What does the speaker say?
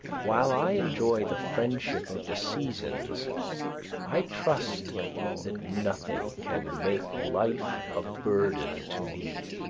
while i enjoy the friendship of the seasons i trust that nothing can make life a burden to me.